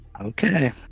Okay